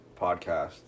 podcast